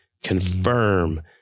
confirm